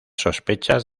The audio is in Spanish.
sospechas